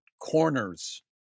corners